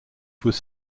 was